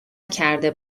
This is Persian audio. کرده